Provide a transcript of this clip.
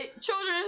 children